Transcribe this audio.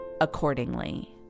accordingly